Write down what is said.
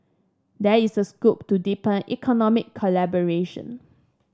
there is a scope to deepen economic collaboration